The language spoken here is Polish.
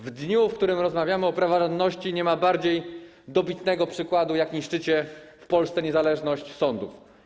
W dniu, w którym rozmawiamy o praworządności, nie ma bardziej dobitnego przykładu, jak niszczycie w Polsce niezależność sądów.